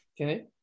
Okay